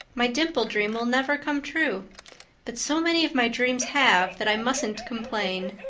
my dimple-dream will never come true but so many of my dreams have that i mustn't complain.